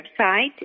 website